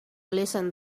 listen